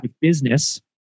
business